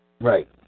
Right